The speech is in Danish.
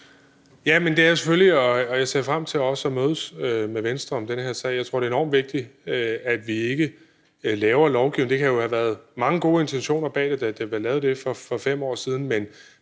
Jamen selvfølgelig, og jeg ser frem til også at mødes med Venstre om den her sag. Jeg tror, det er enormt vigtigt, at vi ikke laver lovgivning, der ikke fungerer. Der kan jo have været mange gode intentioner bag det, da det blev lavet for 5 år siden,